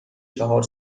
چهار